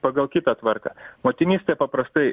pagal kitą tvarką motinystė paprastai